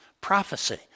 prophecy